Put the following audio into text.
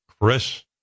chris